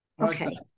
Okay